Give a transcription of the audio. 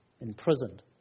imprisoned